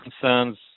concerns